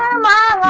la